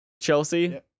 Chelsea